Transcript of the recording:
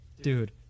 Dude